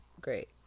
great